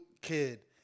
kid